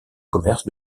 commerce